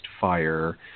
fire